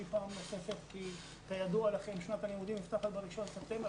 פעם נוספת כי כידוע לכם שנת הלימודים נפתחת ב-1 בספטמבר